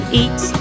eat